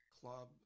club